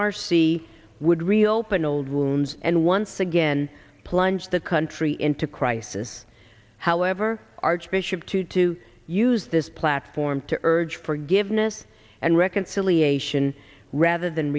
r c would reopen old wounds and once again plunge the country into crisis however archbishop tutu use this platform to urge forgiveness and reconciliation rather than